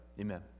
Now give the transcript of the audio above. Amen